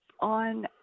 on